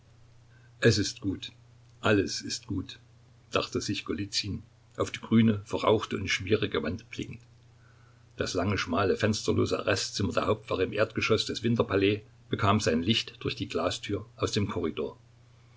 es ist gut alles ist gut dachte sich golizyn auf die grüne verrauchte und schmierige wand blickend das lange schmale fensterlose arrestzimmer der hauptwache im erdgeschoß des winterpalais bekam sein licht durch die glastür aus dem korridor